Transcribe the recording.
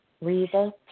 Reva